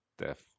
death